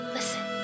Listen